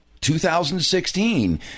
2016